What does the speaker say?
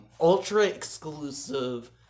ultra-exclusive